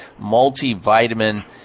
multivitamin